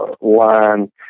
line